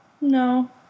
No